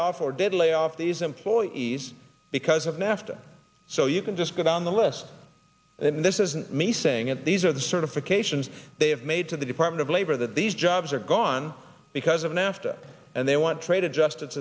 off or did lay off these employees of nafta so you can just go down the list and this isn't me saying it these are the certifications they have made to the department of labor that these jobs are gone because of nafta and they want trade adjustment